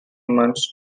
months